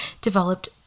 developed